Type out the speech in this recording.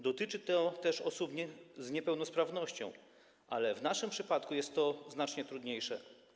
Dotyczy to też osób z niepełnosprawnością, ale w naszym przypadku jest to znacznie trudniejsze.